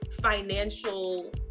financial